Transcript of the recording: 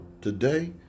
today